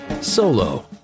Solo